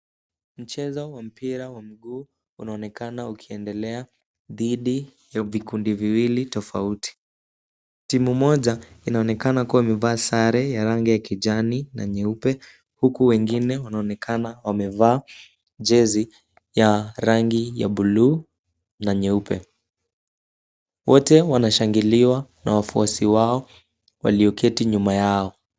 Mchezo wa mpira wa miguu unaonekana ukiendelea dhidi ya vikundi viwili tofauti. Timu moja inaonekana kuwa imevaa sare ya rangi ya kijani na nyeupe huku wengine wanaonekana wamevaa jezi ya rangi ya buluu na nyeupe. Wote wanashangiliwa na wafuasi wao walioketi nyuma yao.